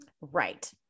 Right